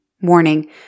Warning